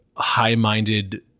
high-minded